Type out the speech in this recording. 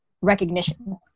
recognition